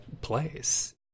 place